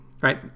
right